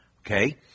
Okay